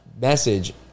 message